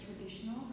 traditional